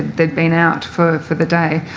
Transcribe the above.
they'd been out for for the day,